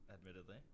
admittedly